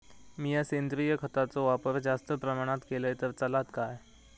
मीया सेंद्रिय खताचो वापर जास्त प्रमाणात केलय तर चलात काय?